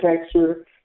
texture